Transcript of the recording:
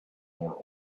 more